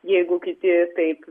jeigu kiti taip